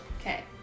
Okay